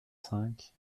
cinq